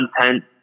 content